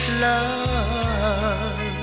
love